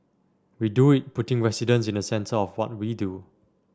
we do it putting residents in the centre of what we do